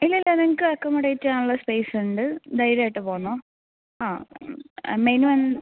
ഇല്ല ഇല്ല നിങ്ങൾക്ക് അക്കൊമഡേറ്റ് ചെയ്യാനുള്ള സ്പേസ് ഉണ്ട് ധൈര്യമായിട്ട് പൊന്നോ ആ മ് മെനു എന്ത്